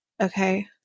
Okay